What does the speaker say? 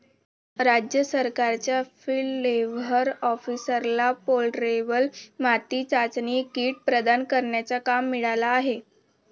राज्य सरकारच्या field level ऑफिसरला पोर्टेबल माती चाचणी किट प्रदान करण्याचा काम मिळाला आहे